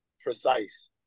precise